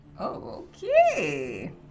Okay